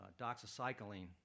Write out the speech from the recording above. doxycycline